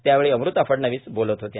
त्यावेळी अमृता फडणवीस बोलत होत्या